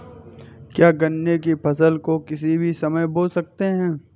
क्या गन्ने की फसल को किसी भी समय बो सकते हैं?